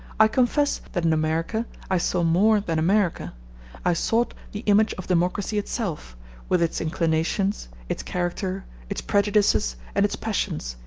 i confess that in america i saw more than america i sought the image of democracy itself with its inclinations, its character, its prejudices, and its passions,